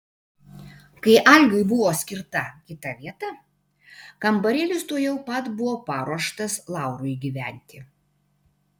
kai algiui buvo skirta kita vieta kambarėlis tuojau pat buvo paruoštas laurui gyventi